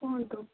କୁହନ୍ତୁ